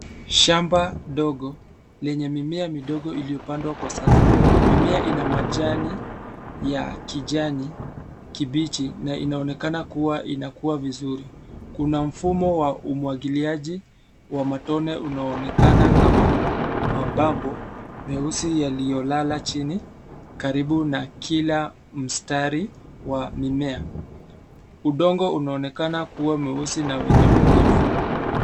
Shamba ndogo lenye mimea midogo iliyopandwa kwa safu. Mimea ina majani ya kijani kibichi na inaonekana kua inakua vizuri. Kuna mfumo wa umwagiliaji wa matone unaoonekana kama mababo meusi yaliyolala chini karibu na kila mstari wa mimea. Udongo unaonekana kua mweusi na wenye unyevu.